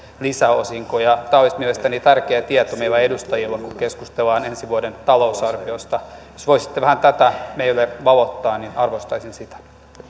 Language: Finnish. lisäosinkoja tämä olisi mielestäni tärkeä tieto meille edustajille kun keskustellaan ensi vuoden talousarviosta jos voisitte vähän tätä meille valottaa niin arvostaisin sitä